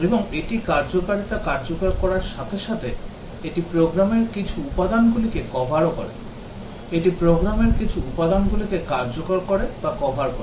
এবং এটি কার্যকারিতা কার্যকর করার সাথে সাথে এটি প্রোগ্রামের কিছু উপাদানগুলিকে কভার করে এটি প্রোগ্রামের কিছু উপাদানগুলিকে কার্যকর করে বা কভার করে